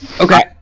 okay